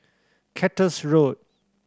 Cactus Road